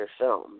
film